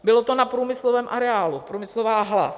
Bylo to na průmyslovém areálu, průmyslová hala.